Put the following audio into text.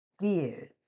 fears